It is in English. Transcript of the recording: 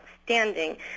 outstanding